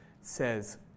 says